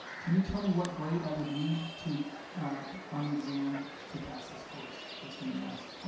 can you tell me what grade i would need to on the exam to pass this course the student asked